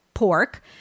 pork